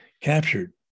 captured